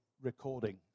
recording